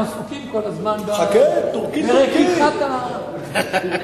הם עסוקים כל הזמן ברקיחת, רגע, חכה.